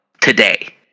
today